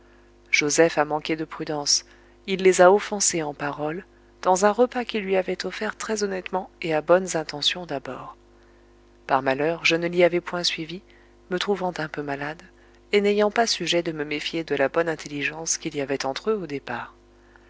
joseph a manqué de prudence il les a offensés en paroles dans un repas qu'ils lui avaient offert très honnêtement et à bonnes intentions d'abord par malheur je ne l'y avais point suivi me trouvant un peu malade et n'ayant pas sujet de me méfier de la bonne intelligence qu'il y avait entre eux au départ